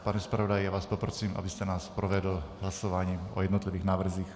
Pane zpravodaji, já vás poprosím, abyste nás provedl hlasováním o jednotlivých návrzích.